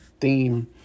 theme